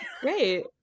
great